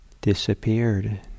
disappeared